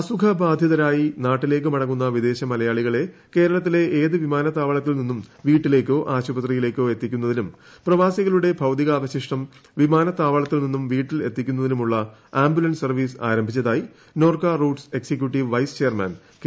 അസുഖ ബാധിതരായി നാട്ടിലേക്ക് മടങ്ങുന്ന വിദേശ മലയാളികളെ കേരളത്തിലെ ഏത് വിമാനത്താവളത്തിൽ നിന്നും വീട്ടിലേയ്ക്കോ ആശുപത്രിയിലേക്കോ എത്തിക്കുന്നതിനും പ്രവാസികളുടെ ഭൌതികാവശിഷ്ടം വിമാനത്താവളത്തിൽ നിന്നും വീട്ടിൽ എത്തിക്കുന്നതിനും ആംബുലൻസ് സർവീസ് ആരംഭിച്ചതായി Norka Roots executive vice chairman K